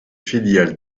filiale